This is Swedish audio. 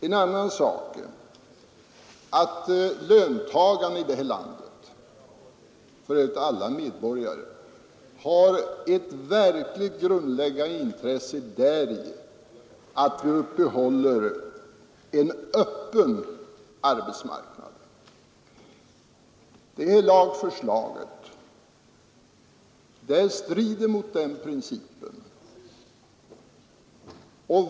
En annan sak är att löntagarna i detta land, dvs. alla medborgare, har ett verkligt grundläggande intresse av att vi uppehåller en öppen arbetsmarknad. Detta lagförslag strider mot den principen.